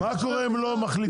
מה קורה אם לא מגבילים?